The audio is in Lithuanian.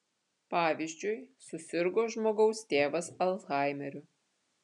pavyzdžiui susirgo žmogaus tėvas alzhaimeriu